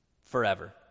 forever